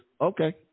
okay